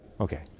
Okay